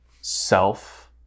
self